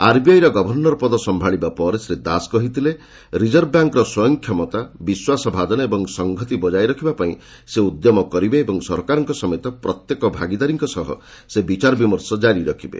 RBI ର governor ପଦ ସମ୍ଭାଳିବା ପରେ ଶ୍ରୀ ଦାସ କହିଥିଲେ ରିଜର୍ଭ ବ୍ୟାଙ୍କର ସ୍ୱୟଂ କ୍ଷମତା ବିଶ୍ୱାସ ଭାଜନ ଓ ସଂହତି ବଜାୟ ରଖିବା ପାଇଁ ସେ ଉଦ୍ୟମ କରିବେ ଏବଂ ସରକାରଙ୍କ ସମେତ ପ୍ରତ୍ୟେକ ଭାଗିଦାରୀଙ୍କ ସହ ସେ ବିଚାର ବିମର୍ସ ଜାରି ରଖିବେ